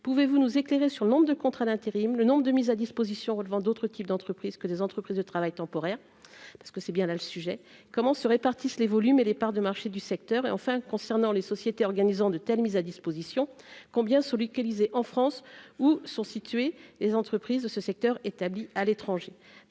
pouvez-vous nous éclairer sur le nombre de contrats d'intérim, le nombre de mises à disposition relevant d'autres types d'entreprises que des entreprises de travail temporaire parce que c'est bien là le sujet, comment se répartissent les volumes et les parts de marché du secteur et enfin concernant les sociétés organisant de telles mises à disposition combien celui qu'Élysée en France, où sont situés les entreprises de ce secteur établis à l'étranger,